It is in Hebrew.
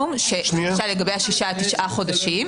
למשל לגבי השישה עד תשעה חודשים,